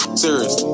serious